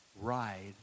ride